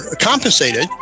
compensated